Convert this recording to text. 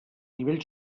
nivell